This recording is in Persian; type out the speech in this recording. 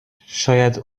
شاید